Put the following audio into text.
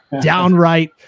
downright